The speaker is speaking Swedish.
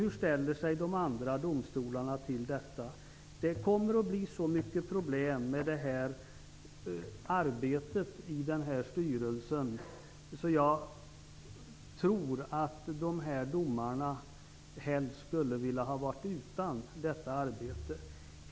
Hur ställer sig de andra domstolarna till detta? Det kommer att bli mycket problem med arbetet i denna styrelse, så jag tror att domarna helst skulle ha varit utan detta arbete.